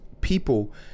people